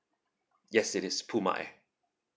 yes it is puma air